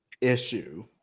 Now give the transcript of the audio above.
issue